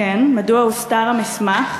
2. אם כן, מדוע הוסתר המסמך?